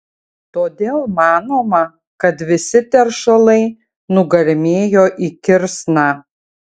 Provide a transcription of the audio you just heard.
todėl manoma kad visi teršalai nugarmėjo į kirsną